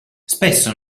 spesso